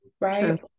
Right